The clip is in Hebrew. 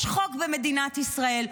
יש חוק במדינת ישראל,